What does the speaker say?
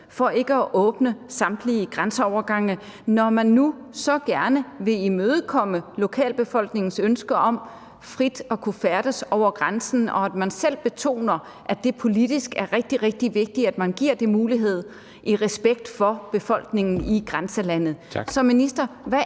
for ikke at åbne samtlige grænseovergange, når man nu så gerne vil imødekomme lokalbefolkningens ønske om frit at kunne færdes over grænsen, og når man selv betoner, at det politisk er rigtig, rigtig vigtigt, at man giver den mulighed i respekt for befolkningen i grænselandet. Så